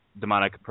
demonic